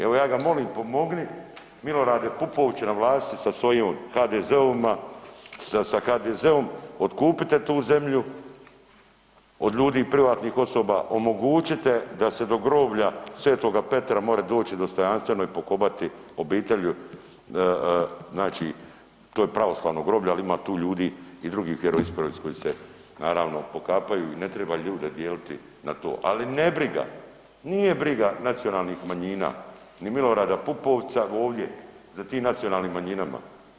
Evo ja ga molim, pomogni Milorade Pupovče na vlasti sa svojom HDZ-ovima, sa HDZ-om otkupite tu zemlju od ljudi privatnih osoba, omogućite da se do groblja Sv. Petra može doći dostojanstveno i pokopati obitelji znači to je pravoslavno groblje, ali ima tu ljudi i drugi vjeroispovijesti koji se naravno pokapaju i ne treba ljude dijeliti na to, ali nebriga, nije briga nacionalnih manjina, ni Milorada Pupovca ovdje za tim nacionalnim manjinama.